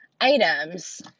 items